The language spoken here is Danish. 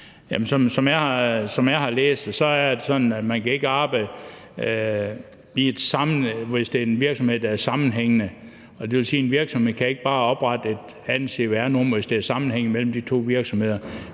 Som jeg har læst det, er det sådan, at man ikke kan arbejde, hvis det er i en sammenhængende virksomhed, og det vil sige, at en virksomhed ikke bare kan oprette et andet cvr.-nr., hvis der er sammenhæng mellem de to virksomheder,